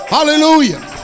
Hallelujah